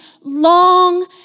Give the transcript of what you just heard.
long